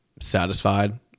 satisfied